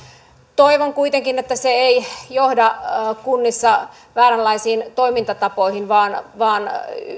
toivon kuitenkin että se ei johda kunnissa vääränlaisiin toimintatapoihin vaan vaan